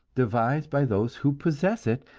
devised by those who possess it,